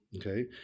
okay